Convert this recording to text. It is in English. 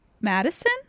Madison